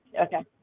Okay